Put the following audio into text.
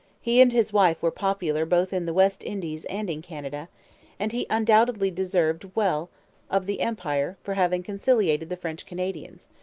he and his wife were popular both in the west indies and in canada and he undoubtedly deserved well of the empire for having conciliated the french canadians,